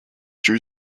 drew